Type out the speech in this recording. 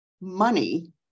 money